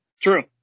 True